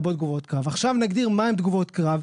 עכשיו נגדיר מה הן תגובות קרב,